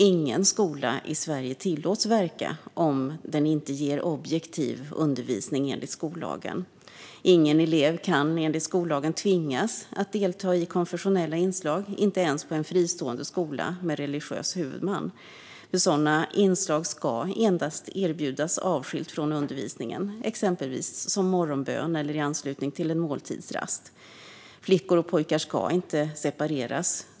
Ingen skola i Sverige tillåts verka om den inte ger objektiv undervisning enligt skollagen. Ingen elev kan enligt skollagen tvingas att delta i konfessionella inslag, inte ens på en fristående skola med religiös huvudman. Sådana inslag ska endast erbjudas avskilt från undervisningen, exempelvis som morgonbön eller i anslutning till en måltidsrast. Flickor och pojkar ska inte separeras.